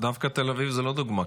דווקא תל אביב זה לא דוגמה,